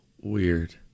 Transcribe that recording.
weird